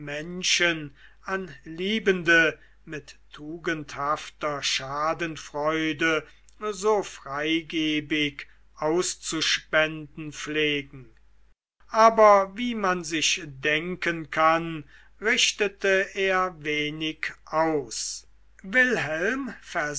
menschen an liebende mit tugendhafter schadenfreude so freigebig auszuspenden pflegen aber wie man sich denken kann richtete er wenig aus wilhelm